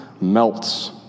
melts